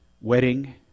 wedding